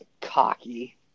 cocky